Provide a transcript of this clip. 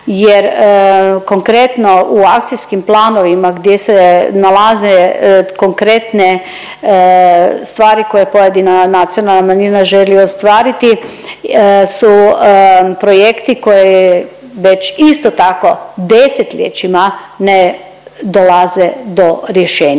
jer konkretno u akcijskim planovima gdje se nalaze konkretne stvari koje pojedina nacionalna manjina želi ostvariti su projekti koje već isto tako desetljećima ne dolaze do rješenja.